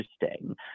interesting